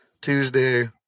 Tuesday